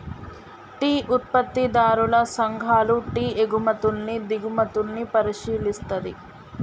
tea ఉత్పత్తిదారుల సంఘాలు tea ఎగుమతుల్ని దిగుమతుల్ని పరిశీలిస్తది